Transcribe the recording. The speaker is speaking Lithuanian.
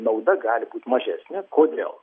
nauda gali būt mažesnė kodėl